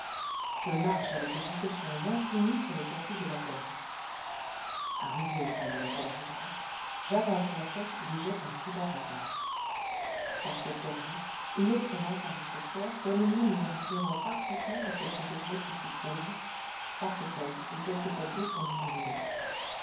je marche avec des précautions infinies sur le tapis de la galerie arrivé au coin de la galerie droite j'avance la tête et y jette un prudent regard dans cette galerie une autre lampe à réflecteur donne une lumière éclairant parfaitement les quelques objets qui s'y trouvent trois fauteuils et quelques tableaux pendus aux murs